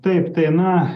taip tai na